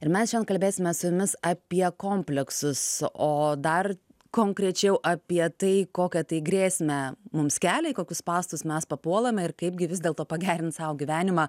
ir mes kalbėsime su jumis apie kompleksus o dar konkrečiau apie tai kokią grėsmę mums kelia kokius spąstus mes papuolame ir kaipgi vis dėlto pagerinti sau gyvenimą